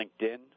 LinkedIn